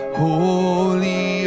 holy